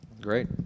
Great